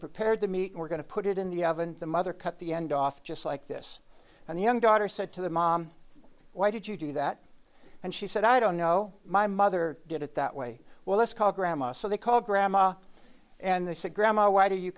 prepared to meet we're going to put it in the oven the mother cut the end off just like this and the young daughter said to the mom why did you do that and she said i don't know my mother did it that way well let's call grandma so they called grandma and they said grandma why do you